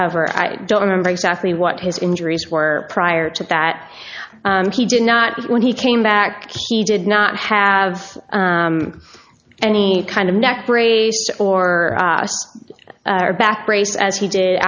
however i don't remember exactly what his injuries were prior to that he did not when he came back he did not have any kind of neck brace or a back brace as he did